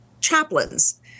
chaplains